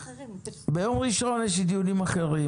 ביום ראשון יש לי דיונים אחרים,